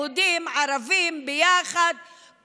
יהודים וערבים ביחד,